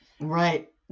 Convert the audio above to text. Right